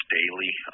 daily